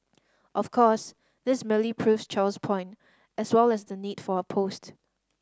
of course this merely proves Chow's point as well as and the need for her post